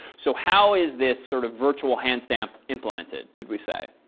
so how is this sort of virtual hand stamp implemented could we say?